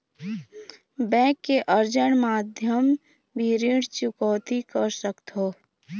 Bank के agent माध्यम भी ऋण चुकौती कर सकथों?